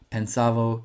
Pensavo